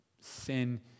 sin